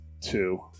two